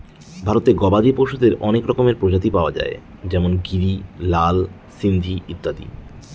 ভারতে গবাদি পশুদের অনেক রকমের প্রজাতি পাওয়া যায় যেমন গিরি, লাল সিন্ধি ইত্যাদি